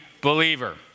believer